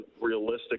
realistic